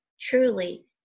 truly